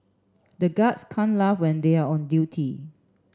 the guards can't laugh when they are on duty